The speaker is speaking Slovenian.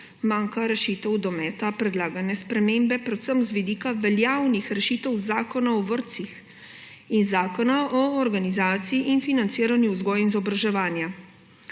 manjka obrazložitev dometa predlagane spremembe, predvsem z vidika veljavnih rešitev Zakona o vrtcih in Zakona o organizaciji in financiranju vzgoje in izobraževanja.